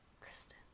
kristen